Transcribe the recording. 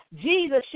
Jesus